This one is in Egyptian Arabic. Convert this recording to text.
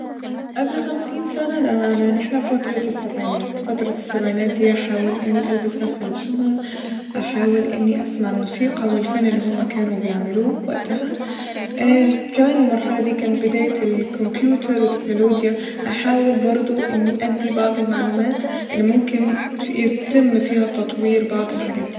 قبل خمسين سنة ده معناه إن احنا في فترة السبعينات ، فترة السبعينات دي هحاول إني ألبس نفس لبسهم ، أحاول إني أسمع الموسيقى والفن اللي هما كانوا بيعملوه وقتها كان المرحلة دي كان بداية الكمبيوتر والتكنولوجيا ، هحاول برضه إني أدي بعض المعلومات اللي ممكن تف- يتم فيها تطوير بعض الحاجات دي